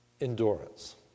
Endurance